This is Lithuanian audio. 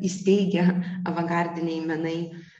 įsteigia avangardiniai menai